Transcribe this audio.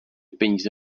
peníze